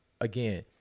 again